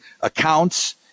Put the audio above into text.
accounts